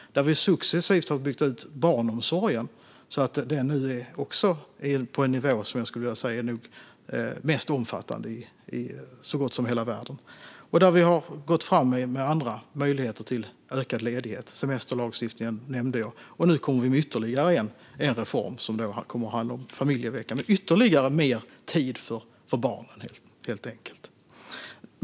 Vi har successivt byggt ut barnomsorgen till en nivå där jag skulle säga att den också är bland de mest omfattande i hela världen. Vi har gått fram med andra möjligheter till ökad ledighet - semesterlagstiftningen nämnde jag. Nu kommer vi med ytterligare en reform: en familjevecka med ytterligare mer tid för barnen, helt enkelt.